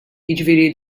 jiġifieri